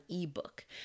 ebook